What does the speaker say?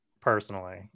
personally